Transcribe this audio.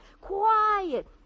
quiet